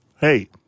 Hey